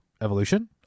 Evolution